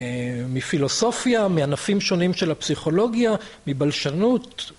‫מפילוסופיה, מענפים שונים ‫של הפסיכולוגיה, מבלשנות